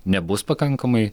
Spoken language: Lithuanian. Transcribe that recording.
nebus pakankamai